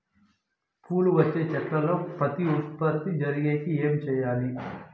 పూలు వచ్చే చెట్లల్లో ప్రత్యుత్పత్తి జరిగేకి ఏమి చేయాలి?